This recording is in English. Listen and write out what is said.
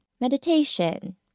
meditation